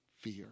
fear